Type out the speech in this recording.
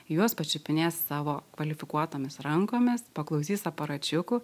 juos pačiupinės savo kvalifikuotomis rankomis paklausys aparačiuku